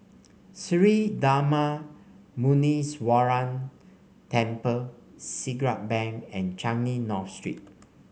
Sri Darma Muneeswaran Temple Siglap Bank and Changi North Street